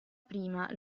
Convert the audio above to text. prima